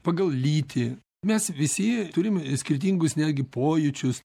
pagal lytį mes visi turime skirtingus netgi pojūčius